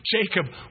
Jacob